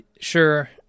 Sure